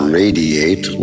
radiate